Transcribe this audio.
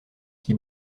qui